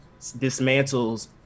dismantles